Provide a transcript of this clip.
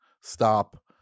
stop